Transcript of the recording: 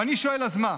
ואני שואל: אז מה?